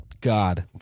God